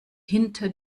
hinter